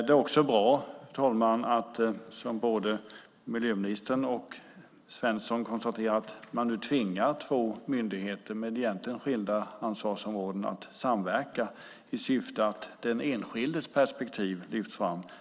Det är också bra, fru talman, att man som både miljöministern och Svensson konstaterar tvingar två myndigheter med egentligen skilda ansvarsområden att samverka i syfte att den enskildes perspektiv lyfts fram.